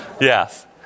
Yes